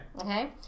okay